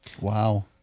Wow